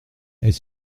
est